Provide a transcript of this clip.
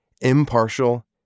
impartial